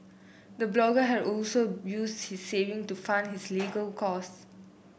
the blogger had also use his saving to fund his legal cost